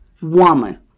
woman